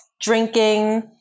drinking